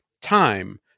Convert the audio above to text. time